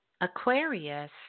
Aquarius